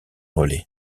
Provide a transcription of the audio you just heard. relais